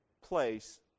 place